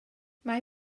mae